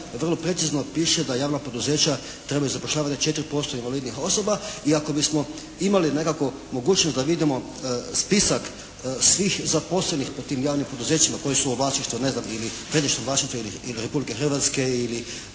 vrlo precizno piše da javna poduzeća trebaju zapošljavati 24% invalidnih osoba i ako bismo imali nekako mogućnost da vidimo spisak svih zaposlenih u tim javnim poduzećima koja su u vlasništvu ne znam pretežitom